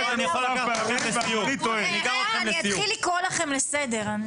אני אתחיל לקרוא לכם לסדר.